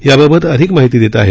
याबाबत अधिक माहिती देत आहेत